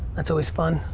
that's always fun.